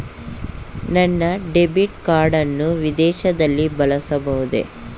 ನನ್ನ debit card ಅನ್ನು ವಿದೇಶದಲ್ಲಿ ಬಳಸಬಹುದೇ?